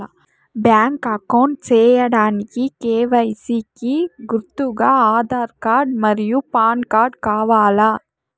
Bank account సేయడానికి KYC కి గుర్తుగా ఆధార్ కార్డ్ మరియు పాన్ కార్డ్ కావాలా?